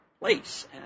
place